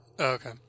Okay